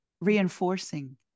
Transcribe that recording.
reinforcing